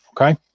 Okay